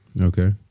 Okay